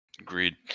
Agreed